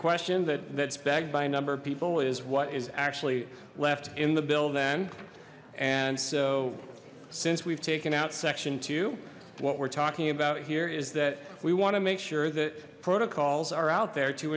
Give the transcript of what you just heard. question that that's begged by a number of people is what is actually left in the bill then and so since we've taken out section two what we're talking about here is that we want to make sure that protocols are out there to